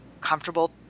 comfortable